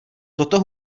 toto